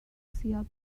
سیاوش